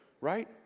right